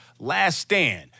laststand